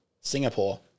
Singapore